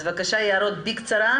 בבקשה הערות, בקצרה.